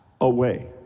away